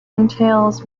entails